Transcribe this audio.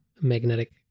magnetic